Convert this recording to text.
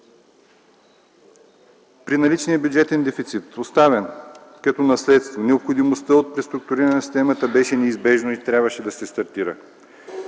При наличния бюджетен дефицит, оставен като наследство, необходимостта от преструктуриране на системата беше неизбежна и трябваше да се стартира.